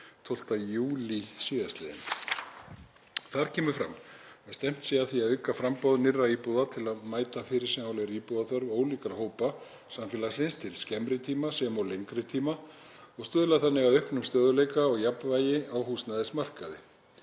12. júlí síðastliðinn. Þar kemur fram að stefnt sé að því að auka framboð nýrra íbúða til að mæta fyrirsjáanlegri íbúðaþörf ólíkra hópa samfélagsins til skemmri og lengri tíma og stuðla þannig að auknum stöðugleika og jafnvægi á húsnæðismarkaði.